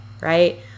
right